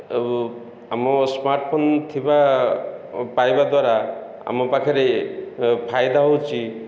ଏବଂ ଆମ ସ୍ମାର୍ଟଫୋନ୍ ଥିବା ପାଇବା ଦ୍ୱାରା ଆମ ପାଖରେ ଫାଇଦା ହେଉଛି